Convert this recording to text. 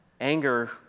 anger